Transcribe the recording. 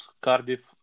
Cardiff